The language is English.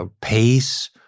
pace